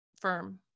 firm